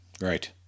right